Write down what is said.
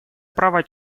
права